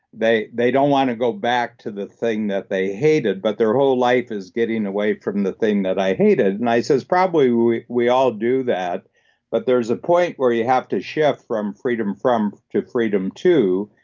they they don't want to go back to the thing that they hated, but their whole life is getting away from the thing that i hated. and i says, probably we we all do that but there's a point where you have to shift from freedom from to freedom to,